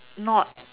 not